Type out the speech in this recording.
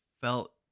felt